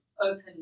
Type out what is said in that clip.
open